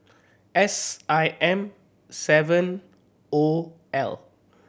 S I M seven O L